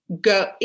go